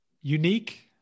Unique